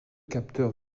capteurs